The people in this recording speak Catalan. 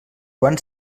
joan